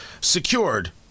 secured